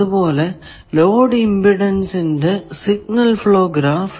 അതുപോലെ ലോഡ് ഇമ്പിഡെൻസിന്റെ signal flow graph